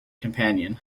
companion